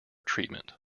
treatment